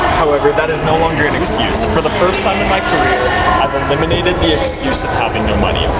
however that is no longer an excuse. for the first time i've eliminated the excuse of having no money.